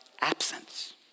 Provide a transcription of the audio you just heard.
absence